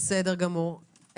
בסדר גמור.